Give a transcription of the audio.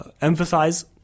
emphasize